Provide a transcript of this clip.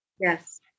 Yes